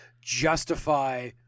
justify